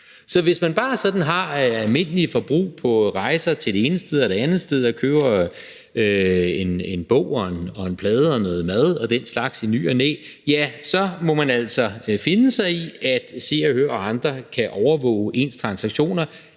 Så hvis man bare sådan har et almindeligt forbrug på rejser til det ene sted og det andet sted og køber en bog og en plade og noget mad og den slags i ny og næ, ja, så må man altså finde sig i, at Se og Hør og andre kan overvåge ens transaktioner